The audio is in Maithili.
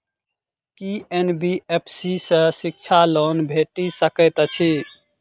की एन.बी.एफ.सी सँ शिक्षा लोन भेटि सकैत अछि?